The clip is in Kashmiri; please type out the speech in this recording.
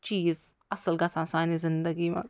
چیٖز اصٕل گژھان سانہِ زندگی منٛز